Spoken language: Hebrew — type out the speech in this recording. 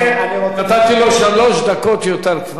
כבר נתתי לו שלוש דקות יותר.